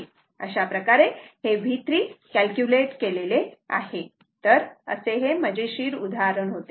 अशाप्रकारे हे V3 calculate केले आहे असे हे मजेशीर उदाहरण होते